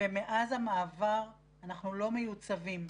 ומאז המעבר אנחנו לא מיוצבים.